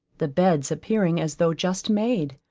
the beds appearing as though just made.